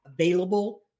available